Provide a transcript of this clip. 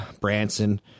Branson